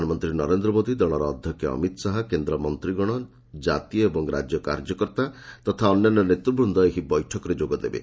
ପ୍ରଧାନମନ୍ତ୍ରୀ ନରେନ୍ଦ୍ର ମୋଦି ଦଳର ଅଧ୍ୟକ୍ଷ ଅମିତ ସାହା କେନ୍ଦ୍ର ମନ୍ତ୍ରୀଗଣ ଜାତୀୟ ଏବଂ ରାଜ୍ୟ କାର୍ଯ୍ୟକର୍ତ୍ତା ତଥା ଅନ୍ୟାନ୍ୟ ନେତୃବୃନ୍ଦ ଏହି ବୈଠକରେ ଯୋଗଦେବେ